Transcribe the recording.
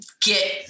get